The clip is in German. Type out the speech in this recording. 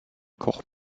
koch